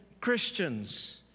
Christians